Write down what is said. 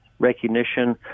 recognition